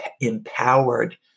empowered